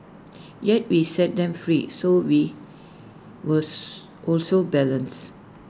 yet we set them free so we was were also balanced